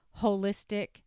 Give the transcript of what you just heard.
holistic